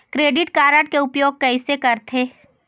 Credit card के उपयोग कैसे करथे?